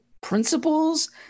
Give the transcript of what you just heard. principles